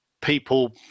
people